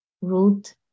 root